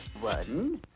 One